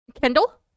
Kendall